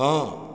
ହଁ